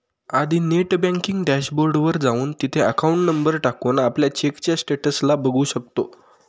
आधी net banking dash board वर जाऊन, तिथे अकाउंट नंबर टाकून, आपल्या चेकच्या स्टेटस ला बघू शकतो